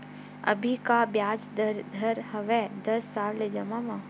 अभी का ब्याज दर हवे दस साल ले जमा मा?